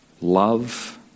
love